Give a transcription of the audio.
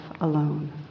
alone